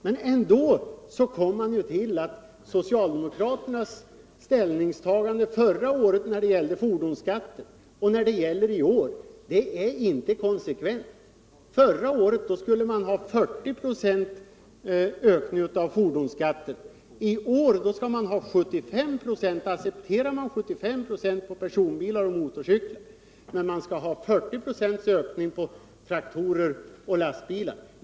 Men man kommer ändå fram till att socialdemokraternas ställningstaganden i fråga om fordonsskatten förra året och i år inte är konsekventa. Förra året skulle ni ha 40 96 ökning av fordonsskatten, i år accepterar ni 75 96 för personbilar och motorcyklar men vill ha 40 96 för traktorer och lastbilar.